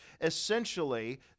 Essentially